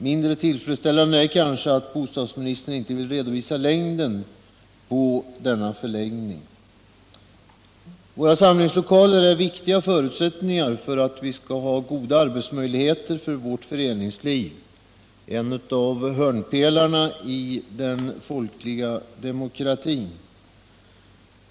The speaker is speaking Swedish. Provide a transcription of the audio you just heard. Mindre tillfredsställande är att bostadsministern inte vill redovisa hur lång denna förlängning blir. De samlingslokaler som i dag finns i landet är viktiga förutsättningar för goda arbetsmöjligheter åt vårt föreningsliv, vilket är en av hörnpelarna i den folkliga demokratin.